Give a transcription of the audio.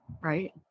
Right